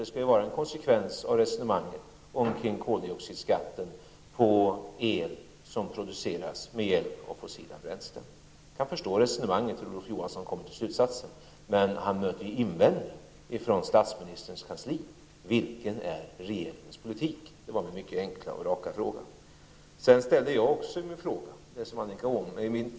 Det skulle ju vara en konsekvens av resonemanget omkring koldioxidskatten på el som produceras med hjälp av fossila bränslen. Jag förstår resonemanget, och jag förstår hur Olof Johansson kommer till slutsatsen. Men han möter ju invändning från statsministerns kansli. Vilken är regeringens politik? Det var min enkla och mycket raka fråga.